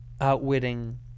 Outwitting